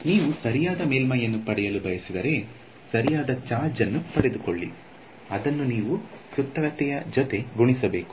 ನೀವು ಸರಿಯಾದ ಮೇಲ್ಮೈಯನ್ನು ಪಡೆಯಲು ಬಯಸಿದರೆ ಸರಿಯಾದ ಚಾರ್ಜ್ ಅನ್ನು ಪಡೆದುಕೊಳ್ಳಿ ಅದನ್ನು ನೀವು ಸುತ್ತಳತೆ ಜೊತೆ ಗುಣಿಸಬೇಕು